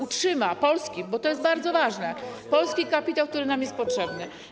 utrzyma polski, bo to jest bardzo ważne, polski kapitał, który nam jest potrzebny.